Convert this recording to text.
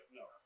no